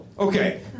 Okay